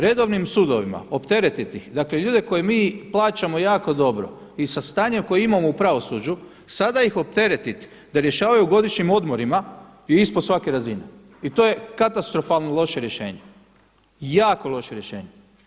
Redovnim sudovima, opteretiti ih dakle ljude koje mi plaćamo jako dobro i sa stanjem koje imamo u pravosuđu sada ih opteretiti da rješavaju o godišnjim odmorima je ispod svake razine i to je katastrofalno loše rješenje, jako loše rješenje.